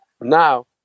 Now